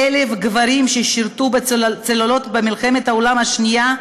מ-40,000 גברים ששירתו בצוללות במלחמת העולם השנייה,